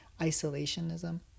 isolationism